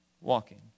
walking